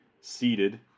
seated